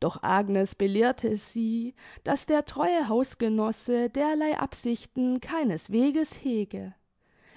doch agnes belehrte sie daß der treue hausgenosse derlei absichten keinesweges hege